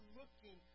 looking